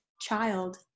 child